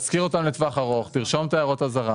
תשכיר אותן לטווח ארוך, תרשום את הערות האזהרה